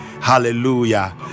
Hallelujah